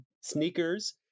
Sneakers